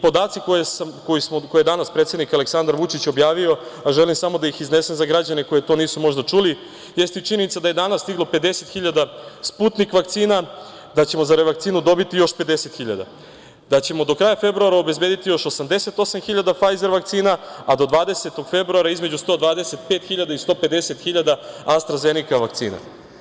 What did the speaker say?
Podaci koje je danas predsednik Aleksandar Vučić objavio, a želim samo da ih iznesem za građane koji to nisu možda čuli, jeste i činjenica da je danas stiglo 50.000 Sputnik vakcina, da ćemo za revakcinu dobiti još 50.000, da ćemo do kraja februara obezbediti još 88.000 Fajzer vakcina, a do 20. februara između 125.000 i 150.000 Astra zeneka vakcina.